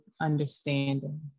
understanding